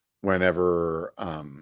whenever